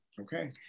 okay